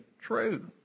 true